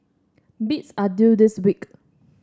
bids are due this week